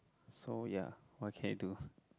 so ya what can you do